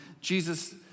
Jesus